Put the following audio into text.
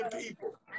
people